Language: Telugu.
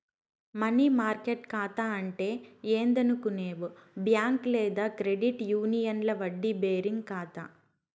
మనీ మార్కెట్ కాతా అంటే ఏందనుకునేవు బ్యాంక్ లేదా క్రెడిట్ యూనియన్ల వడ్డీ బేరింగ్ కాతా